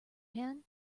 pan